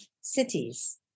cities